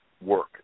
work